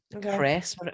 Press